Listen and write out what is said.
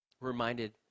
Reminded